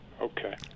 Okay